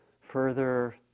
further